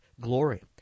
glory